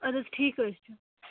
اَدٕ حظ ٹھیٖک حظ چھُ